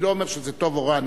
אני לא אומר שזה טוב או רע,